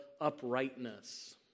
uprightness